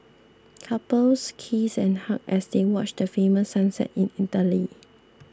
couples kissed and hugged as they watch the famous sunset in Italy